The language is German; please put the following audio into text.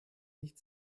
nicht